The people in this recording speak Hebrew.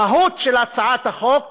המהות של הצעת החוק